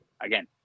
again